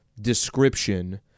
description